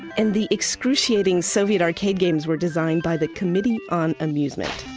and the excruciating soviet arcade games were designed by the committee on amusement.